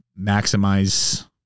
maximize